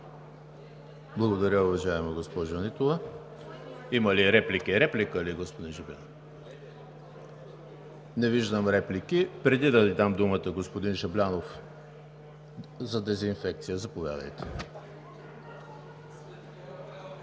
Благодаря, уважаема госпожо Нитова. Има ли реплики? Реплика ли, господин Жаблянов? Не виждам реплики. Преди да Ви дам думата, господин Жаблянов, нека да направят